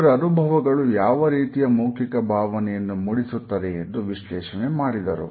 ಇವರ ಅನುಭವಗಳು ಯಾವ ರೀತಿಯ ಮೌಖಿಕ ಭಾವನೆಯನ್ನು ಮೂಡಿಸುತ್ತದೆ ಎಂದು ವಿಶ್ಲೇಷಣೆ ಮಾಡಿದರು